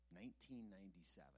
1997